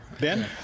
Ben